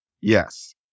Yes